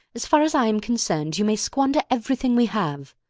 as far as i am concerned, you may squander everything we have.